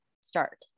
start